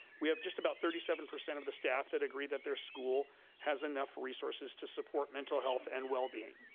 we have just about thirty seven percent of the staff that agreed that their school has enough resources to support mental health and well being.